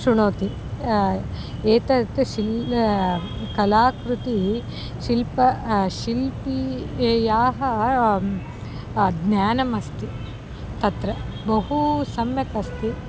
शृणोति एतत् शिल् कलाकृतिः शिल्प शिल्पिनः यत् ज्ञानम् अस्ति तत्र बहु सम्यक् अस्ति